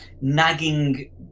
nagging